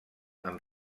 amb